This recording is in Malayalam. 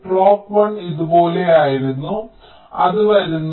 ക്ലോക്ക് 1 ഇതുപോലെയായിരുന്നു അത് വരുന്നു